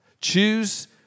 Choose